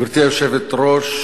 גברתי היושבת-ראש,